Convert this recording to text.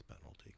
penalty